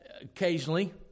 occasionally